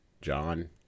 John